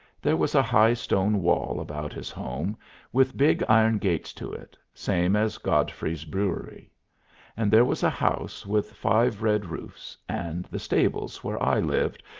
there was a high stone wall about his home with big iron gates to it, same as godfrey's brewery and there was a house with five red roofs and the stables, where i lived,